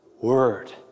Word